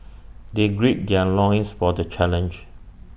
they gird their loins for the challenge